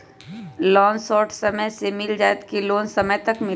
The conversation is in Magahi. लोन शॉर्ट समय मे मिल जाएत कि लोन समय तक मिली?